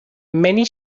many